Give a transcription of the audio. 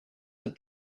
had